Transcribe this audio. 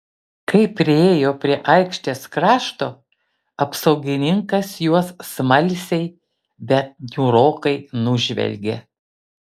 kai priėjo prie aikštės krašto apsaugininkas juos smalsiai bet niūrokai nužvelgė